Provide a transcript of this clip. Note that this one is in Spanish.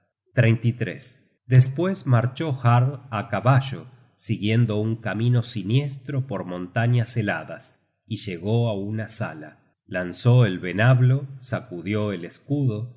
aquella antigua morada despues marchó jarl á caballo siguiendo un camino siniestro por montañas heladas y llegó á una sala lanzó el venablo sacudió el escudo